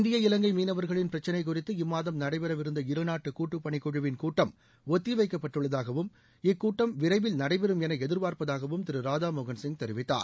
இந்திய இலங்கை மீனவா்களின் பிரச்சினைக் குறித்து இம்மாதம் நடைபெறவிருந்த இரு நாட்டு கூட்டுப் பணிக்குழுவின் கூட்டம் ஒத்தி வைக்கப்பட்டுள்ளதாகவும் இக்கூட்டம் விரைவில் நடைபெறும் என எதிர்ப்பார்ப்பதாகவும் திரு ராதாமோகன் சிங் தெரிவித்தார்